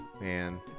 man